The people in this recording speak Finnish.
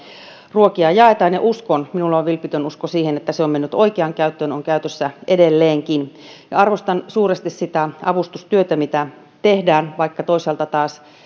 ruokia jaetaan uskon minulla on vilpitön usko siihen että se on mennyt oikeaan käyttöön ja on käytössä edelleenkin ja arvostan suuresti sitä avustustyötä mitä tehdään vaikka toisaalta taas